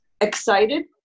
Excited